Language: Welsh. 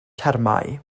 termau